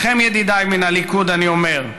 לכם, ידידיי מן הליכוד, אני אומר: